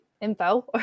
info